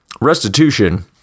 restitution